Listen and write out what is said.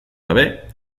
gabe